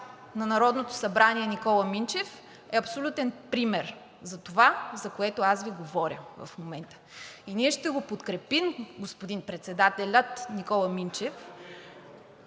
на Народното събрание Никола Минчев е абсолютен пример за това, за което аз Ви говоря в момента. И ние ще го подкрепим – господин председателя Никола Минчев,